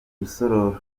rusororo